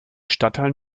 stadtteil